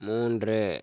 மூன்று